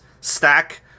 stack